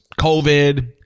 COVID